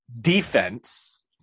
defense